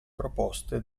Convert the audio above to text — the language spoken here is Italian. proposte